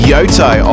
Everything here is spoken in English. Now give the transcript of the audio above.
Yoto